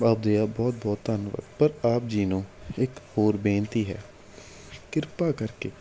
ਆਪ ਜੀ ਦਾ ਬਹੁਤ ਬਹੁਤ ਧੰਨਵਾਦ ਪਰ ਆਪ ਜੀ ਨੂੰ ਇੱਕ ਹੋਰ ਬੇਨਤੀ ਹੈ ਕਿਰਪਾ ਕਰਕੇ